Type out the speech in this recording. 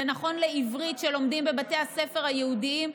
זה נכון לעברית שלומדים בבתי הספר הערביים,